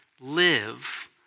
live